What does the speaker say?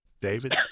David